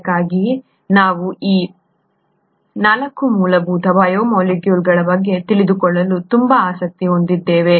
ಅದಕ್ಕಾಗಿಯೇ ನಾವು ಈ 4 ಮೂಲಭೂತ ಬಯೋಮಾಲಿಕ್ಯೂಲ್ಗಳ ಬಗ್ಗೆ ತಿಳಿದುಕೊಳ್ಳಲು ತುಂಬಾ ಆಸಕ್ತಿ ಹೊಂದಿದ್ದೇವೆ